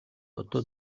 одоо